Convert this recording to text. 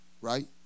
Right